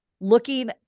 looking